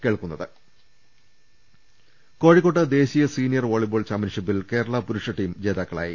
ൃ കോഴിക്കോട്ട് ദേശീയ സീനിയർ വോളിബോൾ ചാമ്പ്യൻഷിപ്പിൽ കേരളാ പൂരുഷ ടീം ജേതാക്കളായി